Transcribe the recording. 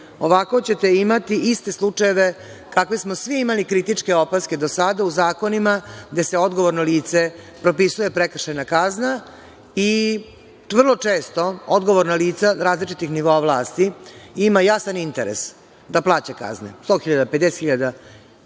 Ovako ćete imati iste slučajeve kakve smo svi imali kritičke opaske do sada u zakonima, gde se odgovorno lice propisuje prekršajna kazna i vrlo često odgovorna lica različitih nivoa vlasti imaju jasan interes da plaća kazne sto hiljada,